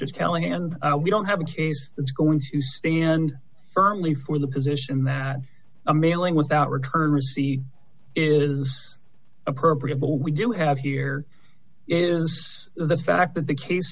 is telling and we don't have a case that's going to stand firmly for the position that a mailing without return receipt is appropriate but we do have here is the fact that the case